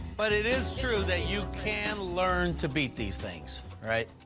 but it is true that you can learn to beat these things, right?